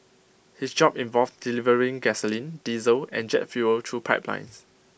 his job involved delivering gasoline diesel and jet fuel through pipelines